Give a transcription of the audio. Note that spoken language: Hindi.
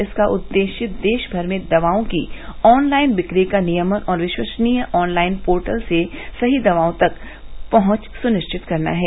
इसका उददेष्य देष भर में दवाओं की ऑनलाइन बिक्री का नियमन और विष्वसनीय ऑनलाइन पोर्टल से सही दवाओं तक पहुंच सुनिष्यित करना है